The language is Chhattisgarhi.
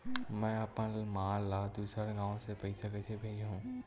में अपन मा ला दुसर गांव से पईसा कइसे भेजहु?